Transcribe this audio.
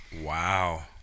Wow